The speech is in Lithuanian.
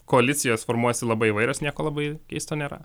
koalicijos formuojasi labai įvairios nieko labai keisto nėra